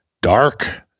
dark